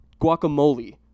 Guacamole